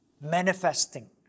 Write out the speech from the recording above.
manifesting